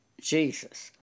Jesus